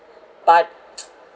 but